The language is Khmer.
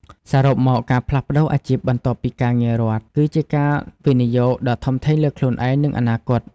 សរុបមកការផ្លាស់ប្តូរអាជីពបន្ទាប់ពីការងាររដ្ឋ គឺជាការវិនិយោគដ៏ធំធេងលើខ្លួនឯង និងអនាគត។